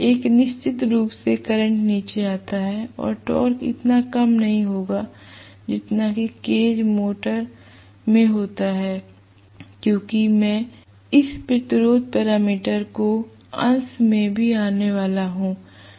एक निश्चित रूप से करंट नीचे आता है और टॉर्क इतना कम नहीं होगा जितना कि केज मोटर में होता है क्योंकि मैं इस प्रतिरोध पैरामीटर को अंश में भी आने वाला हूं